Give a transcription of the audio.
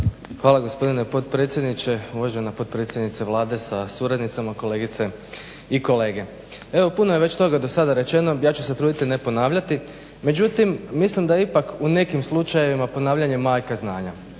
Hvala gospodine potpredsjedniče. Uvažena potpredsjednice Vlade sa suradnicama, kolegice i kolege. Evo puno je već toga do sada rečeno, ja ću se truditi ne ponavljati, međutim mislim da je u nekim slučajevima ponavljanje majka znanja,